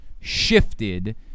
shifted